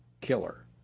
killer